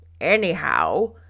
Anyhow